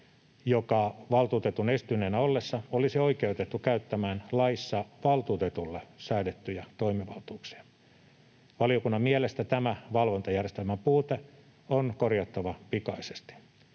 joka valtuutetun estyneenä ollessa olisi oikeutettu käyttämään laissa valtuutetulle säädettyjä toimivaltuuksia. Valiokunnan mielestä tämä valvontajärjestelmän puute on korjattava pikaisesti.